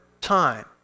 time